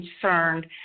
concerned